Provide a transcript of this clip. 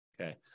Okay